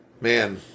Man